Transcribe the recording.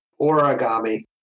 origami